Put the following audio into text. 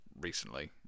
recently